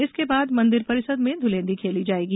इसके बाद मंदिर परिसर में धुलेंडी खेली जाएगी